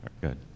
good